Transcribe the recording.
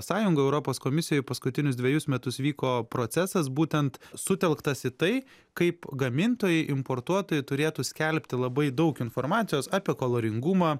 sąjungoj europos komisijoj paskutinius dvejus metus vyko procesas būtent sutelktas į tai kaip gamintojai importuotojai turėtų skelbti labai daug informacijos apie kaloringumą